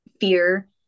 fear